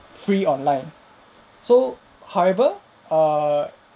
free online so however err